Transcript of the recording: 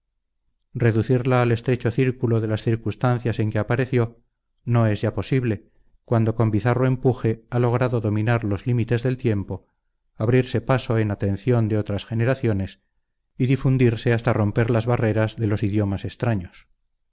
eterno reducirla al estrecho círculo de las circunstancias en que apareció no es ya posible cuando con bizarro empuje ha logrado dominar los límites del tiempo abrirse paso en a atención de otras generaciones y difundirse hasta romper las barreras de los idiomas extraños